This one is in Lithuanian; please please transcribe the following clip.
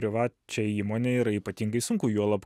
privačią įmonei yra ypatingai sunku juolab